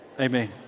Amen